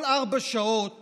כל ארבע שעות